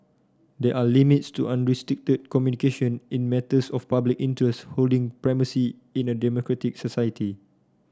there are limits to unrestricted communication in matters of public interest holding primacy in a democratic society